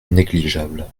négligeable